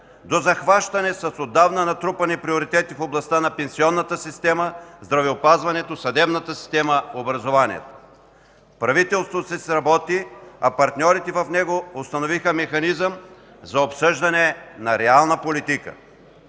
до захващане с отдавна натрупани приоритети в областта на пенсионната система, здравеопазването, съдебната система, образованието. Правителството се сработи, а партньорите в него установиха механизъм за обсъждане на реална политика.